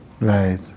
Right